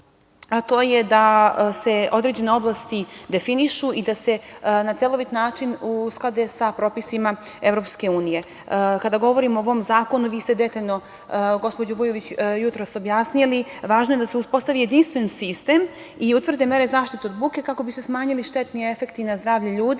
to je da se određene oblasti definišu i da se na celovit način usklade sa propisima EU.Kada govorimo o ovom zakonu vi ste detaljno, gospođo Vujović, jutros objasnili, važno je da se uspostavi jedinstven sistem i utvrde mere zaštite od buke, kako bi se smanjili štetni efekti na zdravlje ljudi,